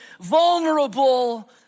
vulnerable